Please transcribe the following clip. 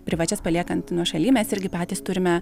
privačias paliekant nuošaly mes irgi patys turime